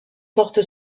porte